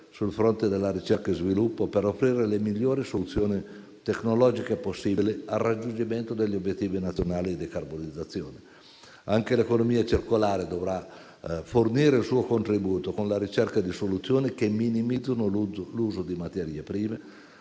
sul fronte della ricerca e dello sviluppo per offrire le migliori soluzioni tecnologiche possibili al raggiungimento degli obiettivi nazionali di decarbonizzazione. Anche l'economia circolare dovrà fornire il suo contributo con la ricerca di soluzioni che minimizzino l'uso di materie prime,